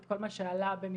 את כל מה שעלה במסגרת